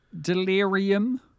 Delirium